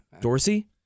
Dorsey